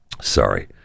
sorry